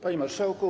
Panie Marszałku!